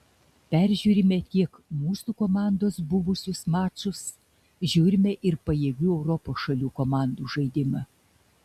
peržiūrime tiek mūsų komandos buvusius mačus žiūrime ir pajėgių europos šalių komandų žaidimą